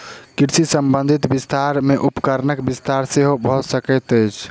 कृषि संबंधी विस्तार मे उपकरणक विस्तार सेहो भ सकैत अछि